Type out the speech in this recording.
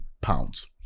pounds